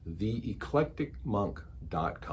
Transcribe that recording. theeclecticmonk.com